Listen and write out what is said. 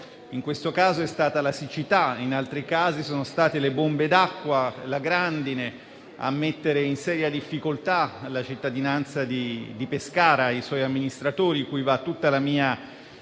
in questo caso è stata la siccità, in altri casi sono state le bombe d'acqua, la grandine, a mettere in seria difficoltà la cittadinanza di Pescara e i suoi amministratori, cui va tutta la mia